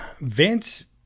Vince